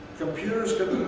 computers could